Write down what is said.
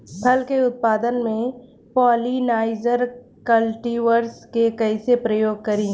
फल के उत्पादन मे पॉलिनाइजर कल्टीवर्स के कइसे प्रयोग करी?